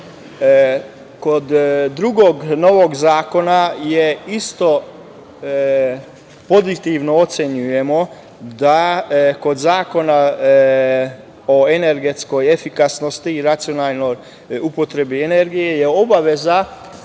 drugi novi zakon takođe pozitivno ocenjujemo. Kod Zakona o energetskoj efikasnosti i racionalnoj upotrebi energije je obaveza